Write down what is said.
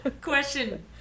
Question